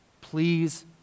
Please